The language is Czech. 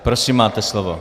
Prosím, máte slovo.